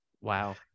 Wow